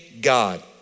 God